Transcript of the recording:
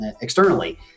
externally